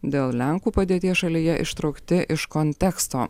dėl lenkų padėties šalyje ištraukti iš konteksto